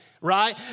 right